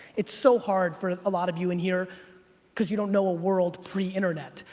it's so hard for a lot of you in here cause you don't know a world pre-internet.